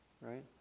right